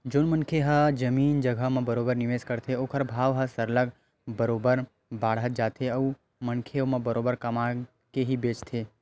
जउन मनखे मन ह जमीन जघा म बरोबर निवेस करथे ओखर भाव ह सरलग बरोबर बाड़त जाथे अउ मनखे ह ओमा बरोबर कमा के ही बेंचथे